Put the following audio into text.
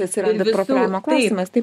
atsiranda profiliavimo klausimas taip